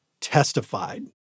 testified